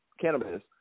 cannabis